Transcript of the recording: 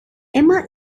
emma